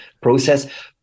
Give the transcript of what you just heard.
process